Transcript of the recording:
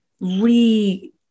re-